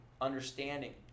Understanding